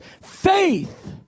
Faith